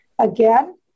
again